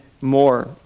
more